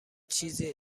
چیزی